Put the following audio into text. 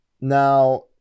Now